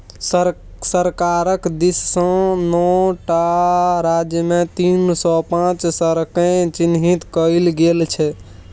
सरकारक दिससँ नौ टा राज्यमे तीन सौ पांच शहरकेँ चिह्नित कएल गेल छै